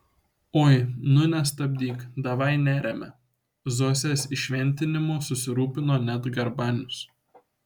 oi nu nestabdyk davaj neriame zosės įšventinimu susirūpino net garbanius